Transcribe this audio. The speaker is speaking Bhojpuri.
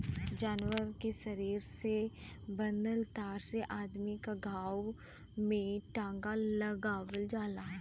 जानवर के शरीर से बनल तार से अदमी क घाव में टांका लगावल जाला